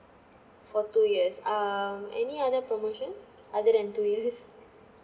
for two years um any other promotion other than two years